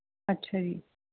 ਅੱਛਾ ਜੀ